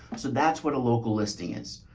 so that's what a local listing is.